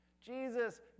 Jesus